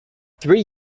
three